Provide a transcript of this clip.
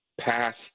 past